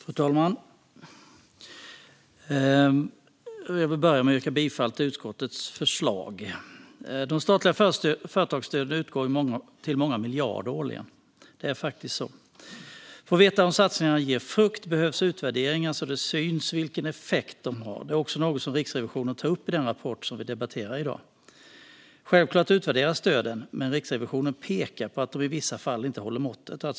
Fru talman! Jag vill börja med att yrka bifall till utskottets förslag. De statliga företagsstöden uppgår till många miljarder årligen. Det är faktiskt så. För att veta om satsningarna ger frukt behövs utvärderingar där det syns vilken effekt de har. Det är också något som Riksrevisionen tar upp i den rapport som vi debatterar i dag. Självklart utvärderas stöden, men Riksrevisionen pekar på att de i vissa fall inte håller måttet.